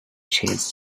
chance